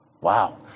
Wow